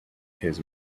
his